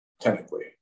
technically